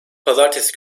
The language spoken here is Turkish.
pazartesi